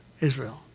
Israel